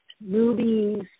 movies